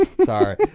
Sorry